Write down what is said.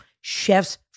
chef's